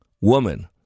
Woman